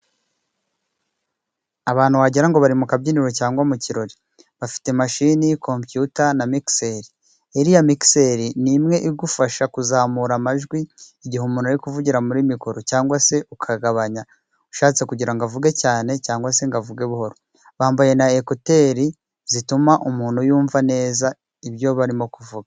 Abantu wagira ngo bari mu kabyiniro cyangwa mu kirori. Bafite mashini kompiyuta na mikiseri. Iriya mikiseri ni imwe igufasha kuzamura amajwi igihe umuntu ari kuvugira muri mikoro cyangwa se ukagabanya, ushatse kugira ngo avuge cyane cyangwa se ngo avuge buhoro. Bambaye na ekuteri zituma umuntu yumva neza ibyo barimo kuvuga.